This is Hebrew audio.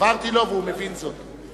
הבהרתי לו והוא מבין זאת.